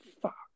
fuck